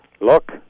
Look